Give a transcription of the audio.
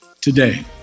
today